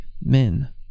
men